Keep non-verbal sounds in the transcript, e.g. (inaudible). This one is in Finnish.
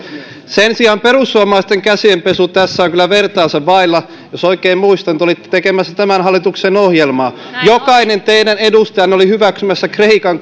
sen sijaan perussuomalaisten käsienpesu tässä on kyllä vertaansa vailla jos oikein muistan te olitte tekemässä tämän hallituksen ohjelmaa jokainen teidän edustajanne oli hyväksymässä kreikan (unintelligible)